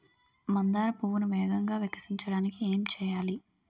మందార పువ్వును వేగంగా వికసించడానికి ఏం చేయాలి?